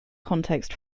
context